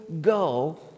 go